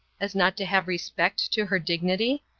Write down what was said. as not to have respect to her dignity?